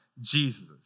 Jesus